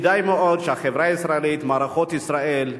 כדאי מאוד שהחברה הישראלית, מערכות ישראל,